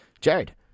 Jared